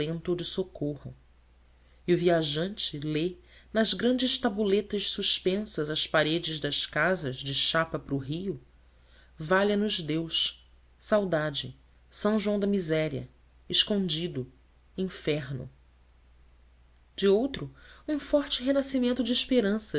ou de socorro e o viajante lê nas grandes tabuletas suspensas às paredes das casas de chapa para o rio valha nos deus saudade s joão da miséria escondido inferno de outro um forte renascimento de esperanças